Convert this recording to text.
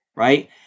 Right